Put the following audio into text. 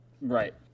Right